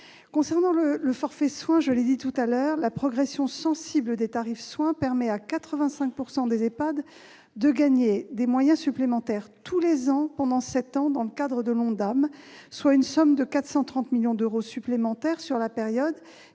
concerne le forfait soins, je le répète, la progression sensible des tarifs de soins permet à 85 % des EHPAD de gagner des moyens supplémentaires tous les ans, pendant sept ans, dans le cadre de l'ONDAM, soit une somme de 430 millions d'euros supplémentaires sur la période.